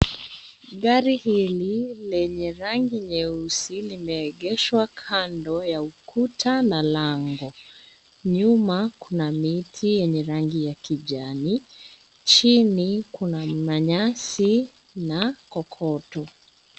Gari hili lenye rangi nyeusi limeegeshwa kando ya ukuta na lango. Nyuma kuna miti yenye rangi ya kijani, chini kuna manyasi na kokoto.